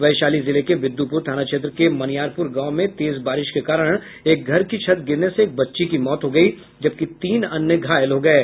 वैशाली जिले के विदुपुर थाना क्षेत्र के मनियारपुर गांव में तेज बारिश के कारण एक घर की छत गिरने से एक बच्ची की मौत हो गयी जबकि तीन अन्य घायल हो गये